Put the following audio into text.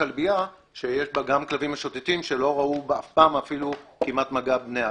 כלבייה שיש בה גם כלבים משוטטים שלא ראו אף פעם כמעט מגע בני אדם,